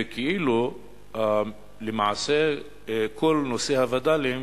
שלמעשה כל נושא הווד"לים